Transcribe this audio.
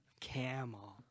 Camel